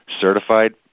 certified